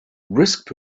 risk